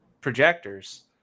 projectors